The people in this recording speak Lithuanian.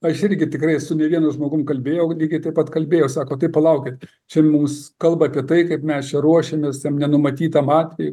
aš irgi tikrai su ne vienu žmogum kalbėjau lygiai taip pat kalbėjo sako tai palaukit čia mums kalba apie tai kaip mes ruošėmės tiem nenumatytam atvejui